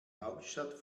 hauptstadt